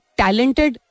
talented